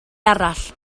arall